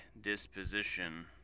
disposition